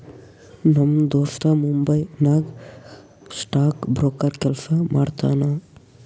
ನಮ್ ದೋಸ್ತ ಮುಂಬೈ ನಾಗ್ ಸ್ಟಾಕ್ ಬ್ರೋಕರ್ ಕೆಲ್ಸಾ ಮಾಡ್ತಾನ